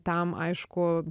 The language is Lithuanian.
tam aišku